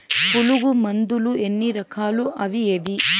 పులుగు మందులు ఎన్ని రకాలు అవి ఏవి?